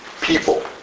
people